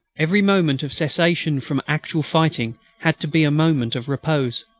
every moment of cessation from actual fighting had to be a moment of repose.